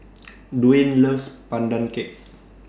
Duwayne loves Pandan Cake